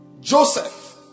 Joseph